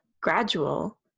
gradual